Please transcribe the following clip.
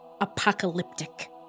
Apocalyptic